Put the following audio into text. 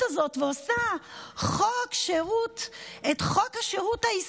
הזאת ועושה את חוק השירות הישראלי,